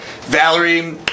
Valerie